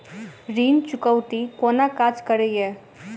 ऋण चुकौती कोना काज करे ये?